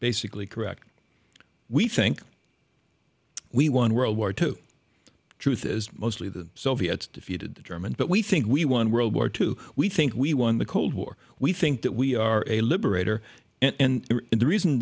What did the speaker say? basically correct we think we won world war two the truth is mostly the soviets defeated the germans but we think we won world war two we think we won the cold war we think that we are a liberator and the reason